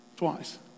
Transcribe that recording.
twice